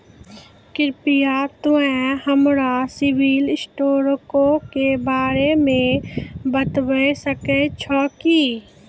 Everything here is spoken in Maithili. कृपया तोंय हमरा सिविल स्कोरो के बारे मे बताबै सकै छहो कि?